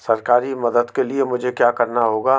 सरकारी मदद के लिए मुझे क्या करना होगा?